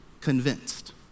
Convinced